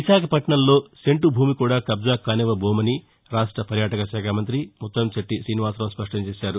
విశాఖ పట్టణంలో సెంటు భూమి కూడా కబ్డా కానివ్వబోమని రాష్ట పర్యాటకశాఖ మంతి ముత్తంకెట్లి శ్రీనివాసరావు స్పష్టం చేశారు